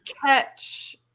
catch